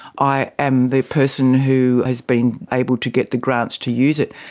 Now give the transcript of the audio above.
i am the person who has been able to get the grants to use it,